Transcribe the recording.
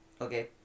Okay